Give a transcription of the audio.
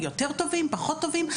יותר טובים ופחות טובים,